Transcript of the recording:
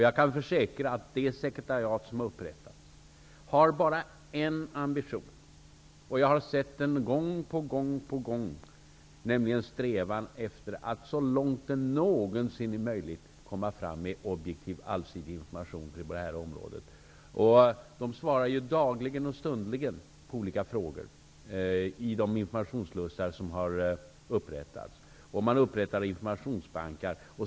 Jag kan försäkra att det sekretariat som upprättats bara har en ambition -- jag har sett den gång på gång -- nämligen strävan att så långt det någonsin är möjligt komma med objektiv, allsidig information på det här området. Dagligen och stundligen svaras det på olika frågor i de informationsslussar som har upprättats. Dessutom upprättas informationsbanker.